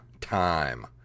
time